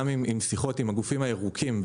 בשיחות גם עם הגופים הירוקים,